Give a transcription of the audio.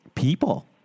people